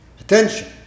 Attention